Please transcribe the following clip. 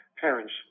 parents